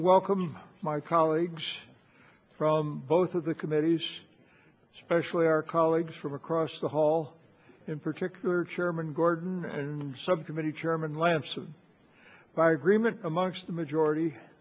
to welcome my colleagues from both of the committees especially our colleagues from across the hall in particular chairman gordon and subcommittee chairman lanson by agreement amongst the majority